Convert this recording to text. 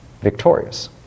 victorious